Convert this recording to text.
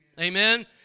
Amen